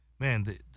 Man